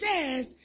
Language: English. says